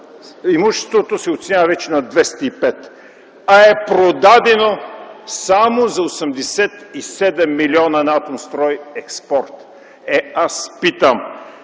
Имуществото се оценява вече на 205, а е продадено само за 87 милиона на „Атомстройекспорт”. Аз питам: